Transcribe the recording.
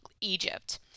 Egypt